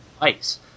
ice